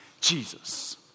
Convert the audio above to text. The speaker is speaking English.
Jesus